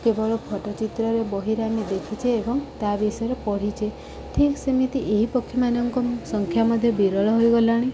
କେବଳ ଫଟୋ ଚିତ୍ରରେ ବହିରେ ଆମେ ଦେଖିଛେ ଏବଂ ତା ବିଷୟରେ ପଢ଼ିଛେ ଠିକ୍ ସେମିତି ଏହି ପକ୍ଷୀମାନଙ୍କ ସଂଖ୍ୟା ମଧ୍ୟ ବିରଳ ହୋଇଗଲାଣି